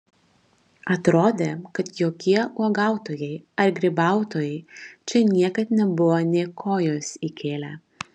atrodė kad jokie uogautojai ar grybautojai čia niekad nebuvo nė kojos įkėlę